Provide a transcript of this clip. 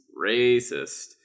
racist